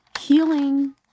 Healing